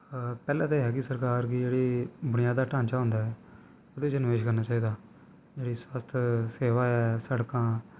पैह्लैं एह् ऐ कि सरकार दी बुनियाद दा ढांचा होंदा ऐ ओह्दै च निव्श करना चाही दा स्वास्थ सेवा ऐ सड़कां